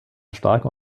starken